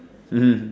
mmhmm